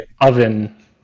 oven